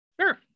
Sure